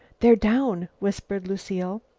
they're down! whispered lucile.